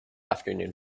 afternoon